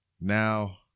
now